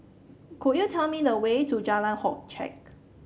could you tell me the way to Jalan Hock Chye